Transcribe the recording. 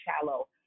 shallow